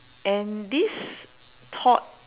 and this thought